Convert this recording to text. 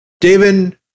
David